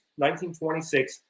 1926